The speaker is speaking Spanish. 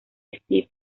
steve